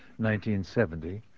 1970